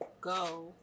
go